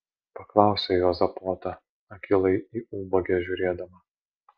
paklausė juozapota akylai į ubagę žiūrėdama